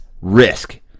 risk